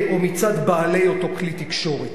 או מצד בעלי אותו כלי תקשורת.